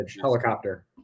Helicopter